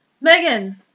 Megan